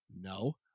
no